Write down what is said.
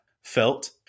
felt